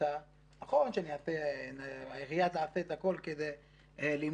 נכון שהעירייה תעשה את הכול כדי למנוע,